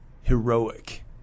heroic